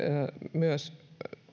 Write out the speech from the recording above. myös